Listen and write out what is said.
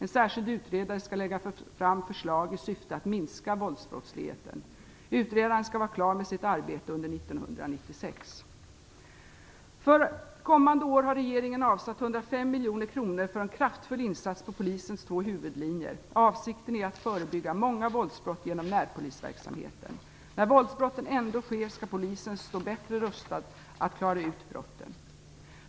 En särskild utredare skall lägga fram förslag i syfte att minska våldsbrottsligheten. Utredaren skall vara klar med sitt arbete under 1996. För kommande år har regeringen avsatt 105 miljoner kronor för en kraftfull insats på polisens två huvudlinjer. Avsikten är att förebygga många våldsbrott genom närpolisverksamheten. När våldsbrotten ändå sker skall polisen stå bättre rustad att klara upp brotten.